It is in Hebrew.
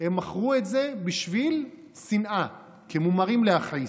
הם מכרו את זה בשביל שנאה כמומרים להכעיס.